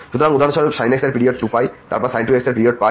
সুতরাং উদাহরণস্বরূপ sin x এর পিরিয়ড 2π তারপর এই sin 2x এর পিরিয়ড